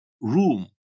room